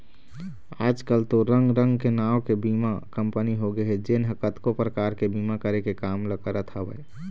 आजकल तो रंग रंग के नांव के बीमा कंपनी होगे हे जेन ह कतको परकार के बीमा करे के काम ल करत हवय